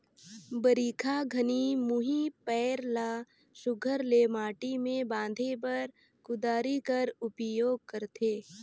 बरिखा घनी मुही पाएर ल सुग्घर ले माटी मे बांधे बर कुदारी कर उपियोग करथे